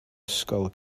ysgol